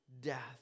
death